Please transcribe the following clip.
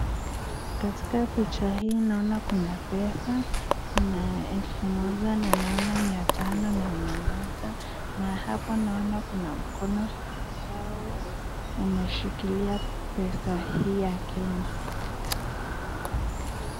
Katika picha hii naona kuna pesa, kuna elfu moja na naona na mia tano, na hapa naona kuna mkono ambao, umeshikilia pesa hii ya Kenya.